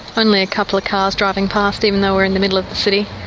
only a couple of cars driving past even though we're in the middle of the city.